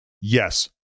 Yes